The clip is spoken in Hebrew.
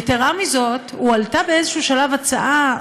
יתרה מזו, הועלתה באיזשהו שלב הצעה,